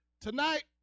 Tonight